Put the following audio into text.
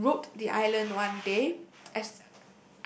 to road the island one day as